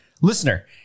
Listener